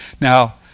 Now